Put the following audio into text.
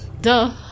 Duh